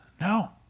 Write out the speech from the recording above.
No